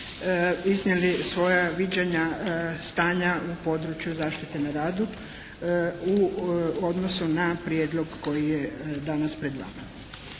iznijeli svoja viđenja stanja u području zaštite na radu u odnosu na prijedlog koji je danas pred vama.